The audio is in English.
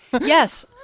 Yes